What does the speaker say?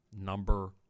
Number